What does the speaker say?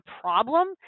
problem